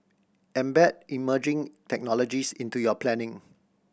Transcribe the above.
embed emerging technologies into your planning